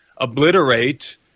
obliterate